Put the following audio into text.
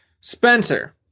Spencer